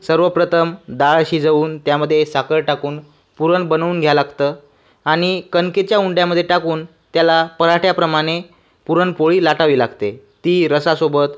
सर्वप्रथम डाळ शिजवून त्यामध्ये साखर टाकून पुरण बनवून घ्यावं लागतं आणि कणकेच्या उंडयामधे टाकून त्याला पराठ्याप्रमाणे पुरणपोळी लाटावी लागते ती रसासोबत